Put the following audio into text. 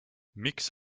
miks